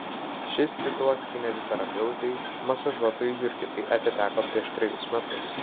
šis titulas kineziterapeutei masažuotojai jurgitai atiteko prieš trejus metus